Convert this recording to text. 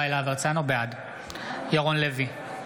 בעד ירון לוי,